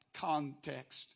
context